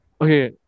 Okay